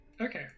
Okay